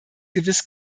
gewiss